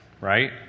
right